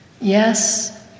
Yes